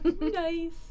nice